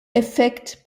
effekt